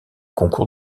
concours